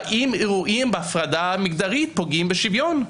האם אירועים בהפרדה המגדרית פוגעים בשוויון?